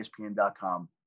ESPN.com